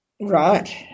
Right